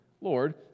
Lord